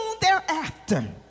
thereafter